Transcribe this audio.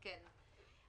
כן.